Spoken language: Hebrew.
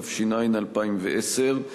התש"ע 2010,